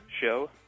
show